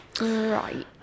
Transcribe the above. Right